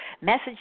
message